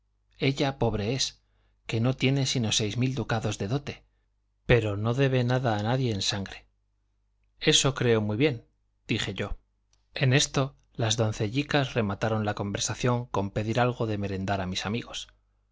ella pobre es que no tiene sino seis mil ducados de dote pero no debe nada a nadie en sangre eso creo muy bien dije yo en esto las doncellicas remataron la conversación con pedir algo de merendar a mis amigos